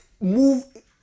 move